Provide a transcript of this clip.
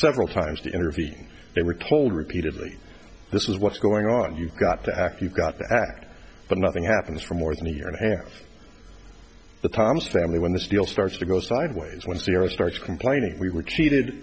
several times to intervene they were told repeatedly this was what's going on you've got to act you've got to act but nothing happens for more than a year and a half the thomas family when the steel starts to go sideways one zero starts complaining we were cheated